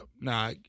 Nah